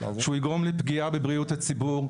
שהוא יגרום לפגיעה בבריאות הציבור,